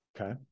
Okay